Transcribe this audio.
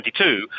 2022